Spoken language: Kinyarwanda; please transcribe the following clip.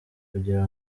kugira